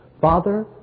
Father